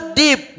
deep